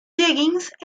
jennings